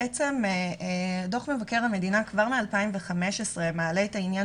בעצם דוח מבקר המדינה כבר מ-2015 מעלה את העניין